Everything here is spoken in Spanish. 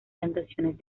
plantaciones